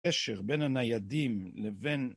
‫קשר בין הניידים לבין...